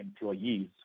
employees